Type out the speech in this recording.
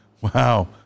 wow